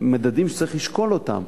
מדדים שצריך לשקול אותם.